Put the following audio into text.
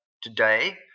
today